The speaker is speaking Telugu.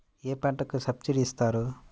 ఏ పంటకు సబ్సిడీ ఇస్తారు?